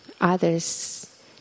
others